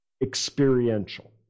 experiential